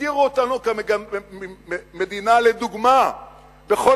הגדירו אותנו כמדינה לדוגמה בכל